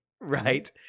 right